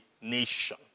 nation